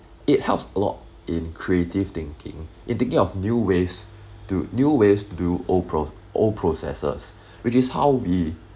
it helps a lot in creative thinking in thinking of new ways to new ways to do all pro~ all processes reduce how we